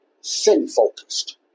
sin-focused